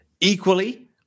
Equally